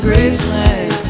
Graceland